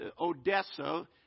Odessa